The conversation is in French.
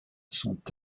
sont